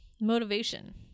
motivation